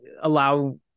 allow